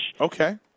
Okay